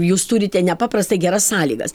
jūs turite nepaprastai geras sąlygas